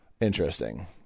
Interesting